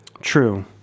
True